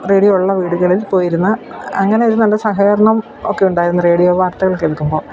radio ഉള്ള വീടുകളിൽ പോയിരുന്ന് അങ്ങനെ ഒരു നല്ല സഹകരണം ഒക്കെ ഉണ്ടായിരുന്നു റേഡിയോ വാർത്തകൾ കേൾക്കുമ്പോൾ